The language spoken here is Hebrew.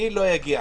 אליי זה לא יגיע.